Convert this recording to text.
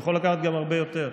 הוא יכול לקחת גם הרבה יותר,